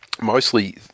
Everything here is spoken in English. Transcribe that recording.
Mostly